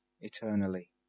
eternally